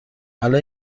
الان